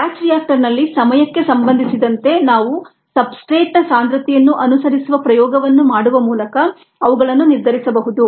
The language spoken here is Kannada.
ಬ್ಯಾಚ್ ರಿಯಾಕ್ಟರ್ನಲ್ಲಿ ಸಮಯಕ್ಕೆ ಸಂಬಂಧಿಸಿದಂತೆ ನಾವು ಸಬ್ಸ್ಟ್ರೇಟ್ನ ಸಾಂದ್ರತೆಯನ್ನು ಅನುಸರಿಸುವ ಪ್ರಯೋಗವನ್ನು ಮಾಡುವ ಮೂಲಕ ಅವುಗಳನ್ನು ನಿರ್ಧರಿಸಬಹುದು